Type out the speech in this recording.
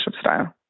style